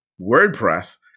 WordPress